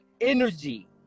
energy